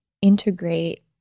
integrate